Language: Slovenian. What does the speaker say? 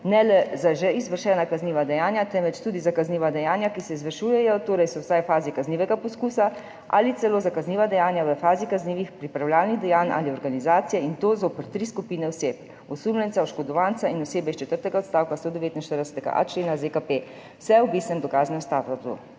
ne le za že izvršena kazniva dejanja, temveč tudi za kazniva dejanja, ki se izvršujejo (torej so vsaj v fazi kaznivega poskusa), ali celo za kazniva dejanja v fazi kaznivih pripravljalnih dejanj ali organizacije, in to zoper tri skupine oseb (osumljenca, oškodovanca in osebe iz četrtega odstavka 149.b člena ZKP) – vse v istem dokaznem standardu